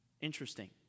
Interesting